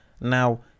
Now